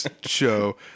show